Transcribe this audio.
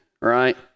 right